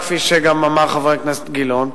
חברי הכנסת הנכבדים,